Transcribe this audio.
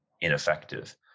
ineffective